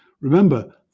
Remember